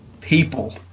People